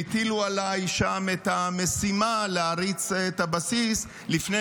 והטילו עליי שם את המשימה להריץ את הבסיס לפני